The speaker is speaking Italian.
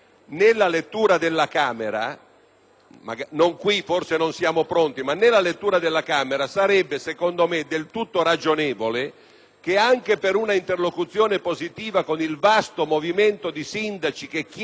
perché forse non siamo pronti, ma nella lettura della Camera sarebbe del tutto ragionevole che, anche per una interlocuzione positiva con il vasto movimento di sindaci che chiedono nell'immediato di introdurre